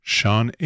Sean